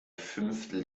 fünftel